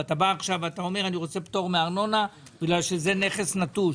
ועכשיו אתה בא ואומר שאתה רוצה פטור מארנונה בגלל שזה נכס נטוש.